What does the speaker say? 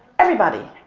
everybody.